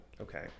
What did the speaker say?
Okay